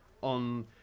on